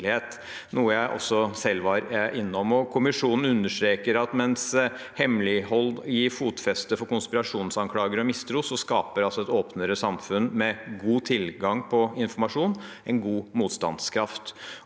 noe jeg selv også var innom. Kommisjonen understreker at mens hemmelighold gir fotfeste for konspirasjonsanklager og mistro, skaper et åpnere samfunn med god tilgang på informasjon en god motstandskraft.